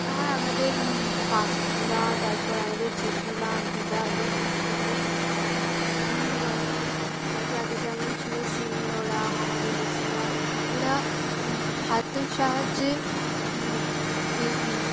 আ আমাদের কাকিমা তারপর আমাদের জেঠিমা দিদা এদের কাছ থেকে বিভিন্ন যন্ত্রপাতি আগে যেমন ছিল শিলনোড়া হামানদিস্তা ওরা হাতের সাহায্যে